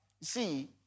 See